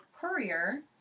courier